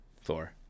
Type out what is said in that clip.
Thor